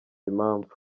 impamvu